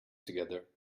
together